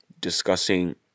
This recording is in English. discussing